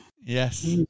Yes